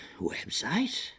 Website